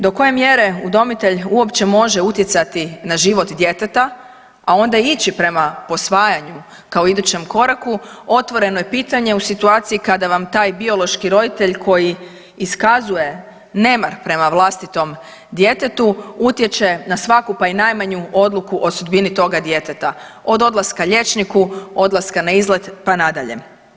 Do koje mjere udomitelj uopće može utjecati na život djeteta, a onda ići prema posvajanju kao idućem koraku otvoreno je pitanje u situaciji kada vam taj biološki roditelj koji iskazuje nemar prema vlastitom djetetu utječe na svaku, pa i najmanju odluku o sudbini toga djeteta, od odlaska liječniku, odlaska na izlet, pa nadalje.